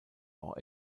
auch